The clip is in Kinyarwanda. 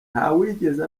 ntawigeze